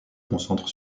concentre